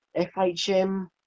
FHM